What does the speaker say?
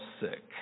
sick